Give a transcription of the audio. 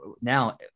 now